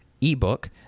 ebook